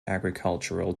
agricultural